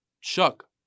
Chuck